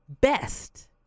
best